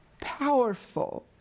powerful